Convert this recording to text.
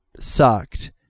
sucked